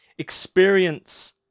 Experience